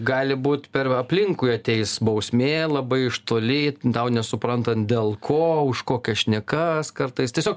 gali būt per aplinkui ateis bausmė labai iš toli tau nesuprantant dėl ko už kokias šnekas kartais tiesiog